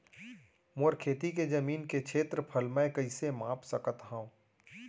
मोर खेती के जमीन के क्षेत्रफल मैं कइसे माप सकत हो?